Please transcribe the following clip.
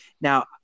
now